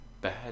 bad